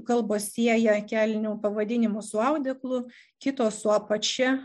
kalbos sieja kelnių pavadinimus su audeklu kitos su apačia